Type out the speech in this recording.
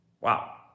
Wow